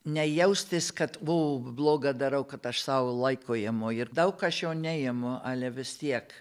ne jaustis kad buvau bloga darau kap aš sau laiko emu ir daug ką šio neimu ale vis tiek